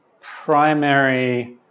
primary